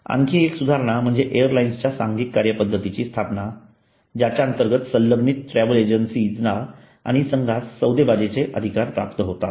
आणखी एक सुधारणा म्हणजे एअरलाइन्सच्या सांघिक कार्यपद्धतीची स्थापना ज्याच्या अंतर्गत संलग्नित ट्रॅव्हल एजन्सींना आणि संघास सौदेबाजीचे अधिकार प्राप्त होतात